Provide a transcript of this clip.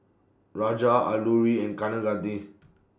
Raja Alluri and Kaneganti